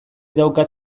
daukat